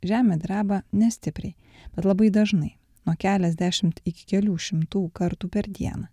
žemė dreba nestipriai bet labai dažnai nuo keliasdešimt iki kelių šimtų kartų per dieną